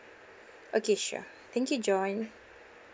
okay sure thank you john